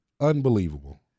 Unbelievable